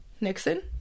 nixon